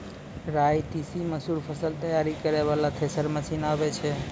राई तीसी मसूर फसल तैयारी करै वाला थेसर मसीन आबै छै?